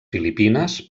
filipines